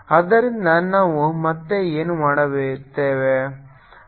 ಆದ್ದರಿಂದ ನಾವು ಮತ್ತೆ ಏನು ಮಾಡುತ್ತೇವೆ